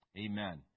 Amen